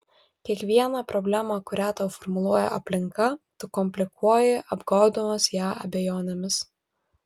kiekvieną problemą kurią tau formuluoja aplinka tu komplikuoji apgobdamas ją abejonėmis